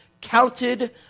counted